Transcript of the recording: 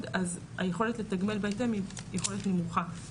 אז היכולת לתגמל בהתאם היא יכולת נמוכה.